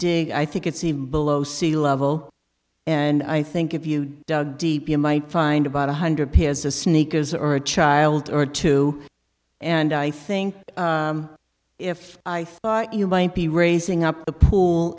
dig i think it's even below sea level and i think if you dug deep you might find about one hundred pairs of sneakers or a child or two and i think if i thought you might be raising up the pool